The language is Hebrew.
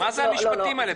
מה זה המשפטים האלה?